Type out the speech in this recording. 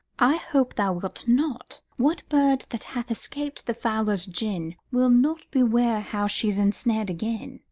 i hope thou wilt not what bird that hath escaped the fowler's gin, will not beware how she's ensnared again?